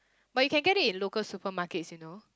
but you get it in local supermarkets you know